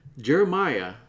Jeremiah